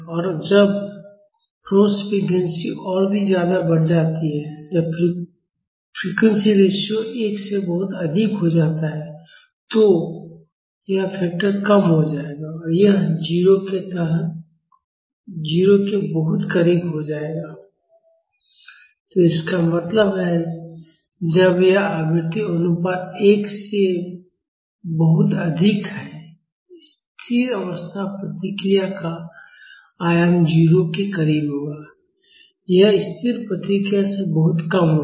और जब forcing frequency और भी ज्यादा बढ़ जाती है जब फ्रीक्वेंसी रेशियो 1 से बहुत अधिक हो जाता है तो यह फैक्टर कम हो जाएगा और यह 0 के बहुत करीब हो जाएगा तो इसका मतलब है जब यह आवृत्ति अनुपात 1 से बहुत अधिक है स्थिर अवस्था प्रतिक्रिया का आयाम 0 के करीब होगा यह स्थिर प्रतिक्रिया से बहुत कम होगा